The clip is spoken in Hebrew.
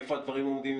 איפה הדברים עומדים,